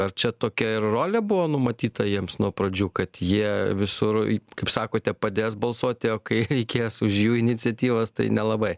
ar čia tokia ir rolė buvo numatyta jiems nuo pradžių kad jie visur kaip sakote padės balsuoti o kai reikės už jų iniciatyvas tai nelabaio